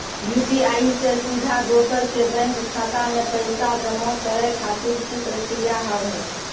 UPI से सीधा दोसर के बैंक खाता मे पैसा जमा करे खातिर की प्रक्रिया हाव हाय?